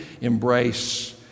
embrace